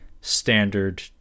standard